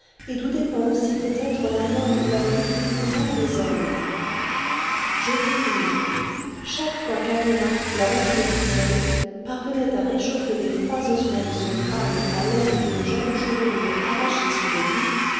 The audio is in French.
et d'où dépend aussi peut-être la mort ou la vie du plus grand des hommes je continue chaque fois qu'addhéma la vampire d'uszel parvenait à réchauffer les froids ossements de son crâne à l'aide d'une jeune chevelure arrachée sur le vif